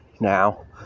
now